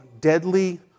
deadly